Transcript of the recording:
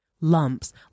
Lumps